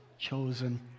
chosen